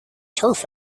turf